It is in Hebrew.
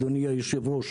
אדוני היושב-ראש,